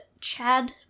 chad